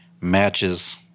matches